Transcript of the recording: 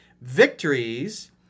victories